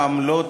(הגבלת תשלום בעד טיפול בתביעה),